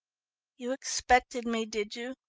you expected me, did you?